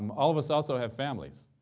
um all of us also have families.